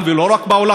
במוסדות העולם,